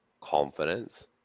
confidence